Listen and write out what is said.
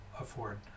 afford